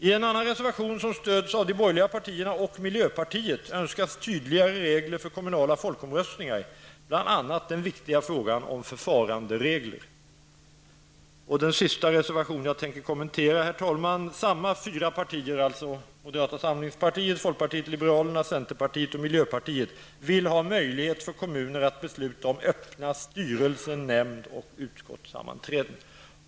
I en annan reservation, som stöds av de borgerliga partierna och miljöpartiet, önskas tydligare regler för kommunala folkomröstningar, bl.a. den viktiga frågan om förfaranderegler. Som sista reservation jag tänker kommentera vill jag nämna att samma fyra partier vill ha möjlighet för kommuner att besluta om att ha öppna sammanträden i styrelser, nämnder och utskott.